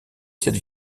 cette